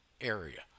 area